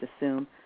assume